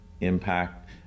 impact